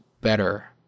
better